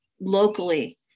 locally